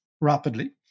rapidly